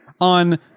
on